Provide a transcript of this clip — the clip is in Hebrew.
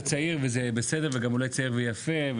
אתה צעיר וזה בסדר, ואולי גם צעיר ויפה.